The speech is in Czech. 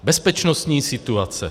Bezpečnostní situace.